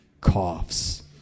coughs